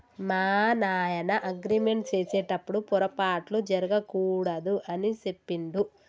మా నాయన అగ్రిమెంట్ సేసెటప్పుడు పోరపాట్లు జరగకూడదు అని సెప్పిండు